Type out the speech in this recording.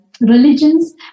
religions